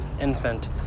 infant